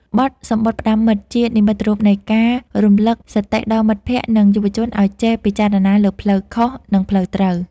បទ សំបុត្រផ្ដាំមិត្ត ជានិមិត្តរូបនៃការរំលឹកសតិដល់មិត្តភក្តិ និងយុវជនឱ្យចេះពិចារណាលើផ្លូវខុស និងផ្លូវត្រូវ